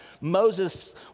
Moses